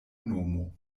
nomo